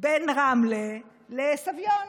בין רמלה לסביון,